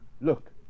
Look